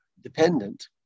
dependent